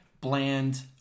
bland